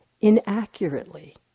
inaccurately